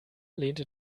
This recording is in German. lehnte